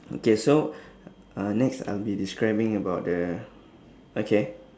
okay so uh next I will be describing about the okay